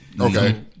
Okay